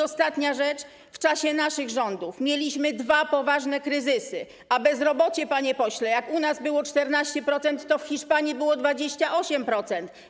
Ostatnia rzecz: w czasie naszych rządów mieliśmy dwa poważne kryzysy, a bezrobocie, panie pośle, jak u nas było 14%, to w Hiszpanii było 28%.